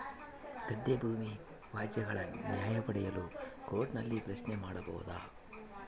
ಗದ್ದೆ ಭೂಮಿ ವ್ಯಾಜ್ಯಗಳ ನ್ಯಾಯ ಪಡೆಯಲು ಕೋರ್ಟ್ ನಲ್ಲಿ ಪ್ರಶ್ನೆ ಮಾಡಬಹುದಾ?